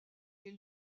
des